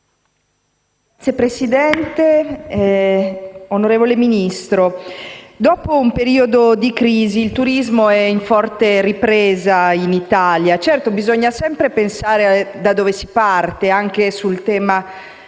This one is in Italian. Signora Presidente, onorevole Ministro, dopo un periodo di crisi il turismo è in forte ripresa in Italia. Certo, bisogna sempre pensare da dove si parte e ricordare,